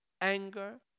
anger